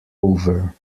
over